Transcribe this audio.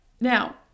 Now